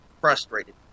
frustrated